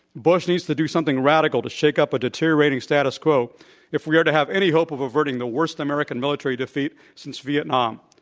bush needs to do something radical to shake up a deteriorating status quo if we are to have any hope of averting the worst american military defeat since vietnam.